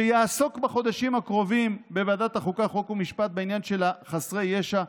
שיעסוק בחודשים הקרובים בוועדת החוקה חוק ומשפט בעניין של חסרי ישע,